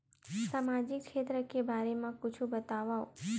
सामाजिक क्षेत्र के बारे मा कुछु बतावव?